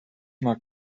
mag